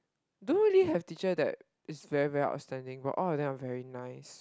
don't really have teacher that is very very outstanding but all of them are very nice